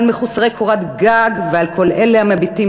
על מחוסרי קורת גג ועל כל אלה המביטים